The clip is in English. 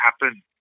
happen